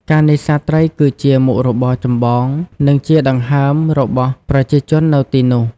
ការនេសាទត្រីគឺជាមុខរបរចម្បង និងជាដង្ហើមរបស់ប្រជាជននៅទីនោះ។